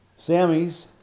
Sammys